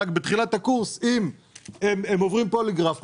רק שאם בתחילת הקורס אם הם עוברים פוליגרף,